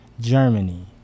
Germany